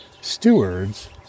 stewards